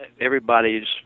everybody's